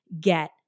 get